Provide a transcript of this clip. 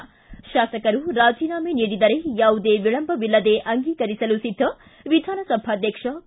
ಿ ಶಾಸಕರು ರಾಜೀನಾಮೆ ನೀಡಿದರೆ ಯಾವುದೇ ವಿಳಂಬವಿಲ್ಲದೇ ಅಂಗೀಕರಿಸಲು ಸಿದ್ದ ವಿಧಾನಸಭಾದ್ಯಕ್ಷ ಕೆ